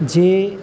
જે